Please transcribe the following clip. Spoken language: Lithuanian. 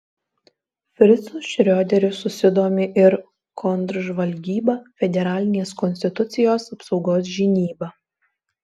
fricu šrioderiu susidomi ir kontržvalgyba federalinės konstitucijos apsaugos žinyba